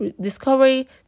discovery